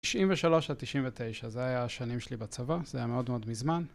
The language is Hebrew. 93'-99', זה היו השנים שלי בצבא, זה היה מאוד מאוד מזמן.